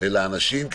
אל האנשים,